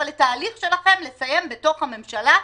אבל את ההליך שלכם לסיים בתוך הממשלה,